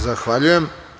Zahvaljujem.